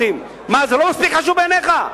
זה לא מספיק חשוב בעיניך?